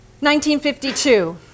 1952